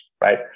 right